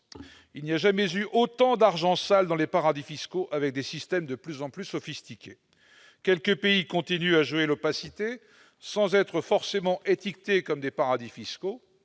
il n'y a jamais eu autant d'argent sale dans les paradis fiscaux, avec des systèmes de plus en plus sophistiqués. Quelques pays continuent à jouer l'opacité, sans être forcément étiquetés comme des paradis fiscaux.